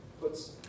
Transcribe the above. puts